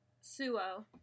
Suo